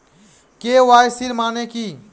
KYC মানে কি?